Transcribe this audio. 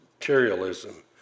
materialism